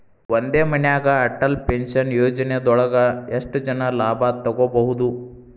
ಒಂದೇ ಮನ್ಯಾಗ್ ಅಟಲ್ ಪೆನ್ಷನ್ ಯೋಜನದೊಳಗ ಎಷ್ಟ್ ಜನ ಲಾಭ ತೊಗೋಬಹುದು?